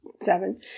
seven